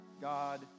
God